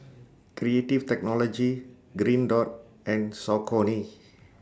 Creative Technology Green Dot and Saucony